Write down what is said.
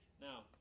Now